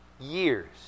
years